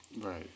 Right